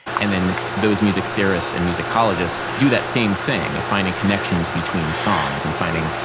and then those music theorists and musicologists do that same thing of finding connections between songs and finding,